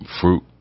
fruit